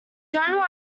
general